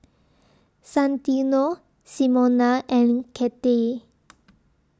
Santino Simona and Cathey